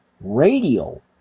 Radio